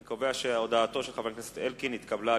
אני קובע שהודעתו של חבר הכנסת אלקין נתקבלה.